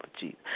Jesus